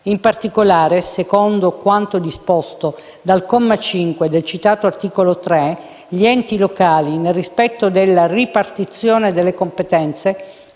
In particolare, secondo quanto disposto dal comma 5 del citato articolo 3, gli enti locali, nel rispetto riparto delle competenze